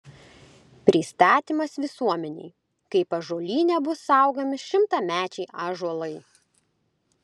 pristatymas visuomenei kaip ąžuolyne bus saugomi šimtamečiai ąžuolai